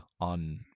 on